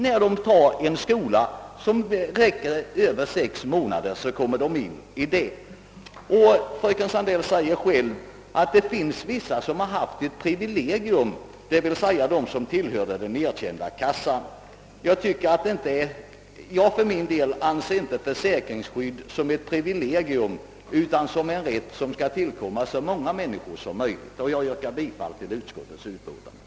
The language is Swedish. När de tar en kurs som räcker över sex månader överförs de nämligen till denna försäkring. Fröken Sandell säger att vissa folkpensionärer har ett privilegium, nämligen de som tillhört en frivillig försäkring inom de tidigare kända sjukförsäkringskassorna. Jag anser inte försäkringsskydd vara ett privilegium, utan en rätt som skall tillkomma så många människor som möjligt. Herr talman! Jag yrkar bifall till utskottets hemställan.